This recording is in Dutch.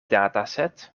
dataset